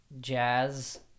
jazz